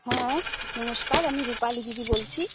হ্যাঁ নমস্কার আমি রূপালি দিদি বলছি